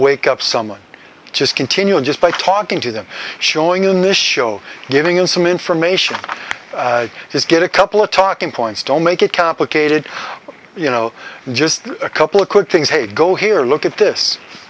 wake up someone just continue and just by talking to them showing in this show giving in some information is get a couple of talking points don't make it complicated you know just a couple of quick things hey go here look at this